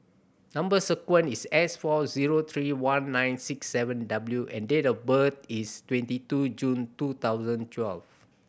number sequence is S four zero three one nine six seven W and date of birth is twenty two June two thousand twelve